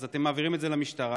אז אתם מעבירים את זה למשטרה,